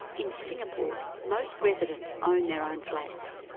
in singapore most residents own their own flat,